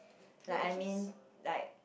like I mean like